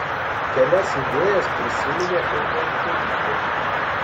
kelias idėjas prisiminė ir baltkojytė